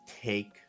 take